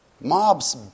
Mobs